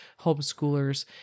homeschoolers